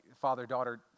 father-daughter